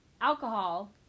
alcohol